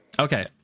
Okay